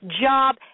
job